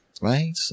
Right